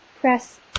press